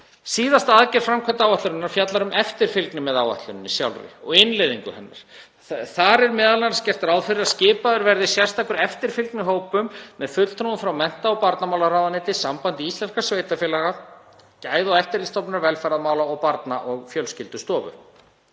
síðasta aðgerð framkvæmdaáætlunarinnar fjallar um eftirfylgni með áætluninni sjálfri og innleiðingu hennar. Þar er m.a. gert ráð fyrir að skipaður verði sérstakur eftirfylgnihópur með fulltrúum frá mennta- og barnamálaráðuneytinu, Sambandi íslenskra sveitarfélaga, Gæða- og eftirlitsstofnun velferðarmála og Barna- og fjölskyldustofu.